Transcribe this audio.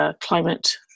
climate